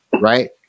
right